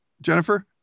Jennifer